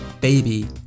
baby